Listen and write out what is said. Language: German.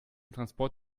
transport